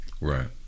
right